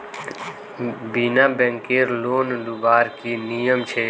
बिना बैंकेर लोन लुबार की नियम छे?